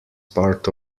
part